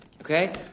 Okay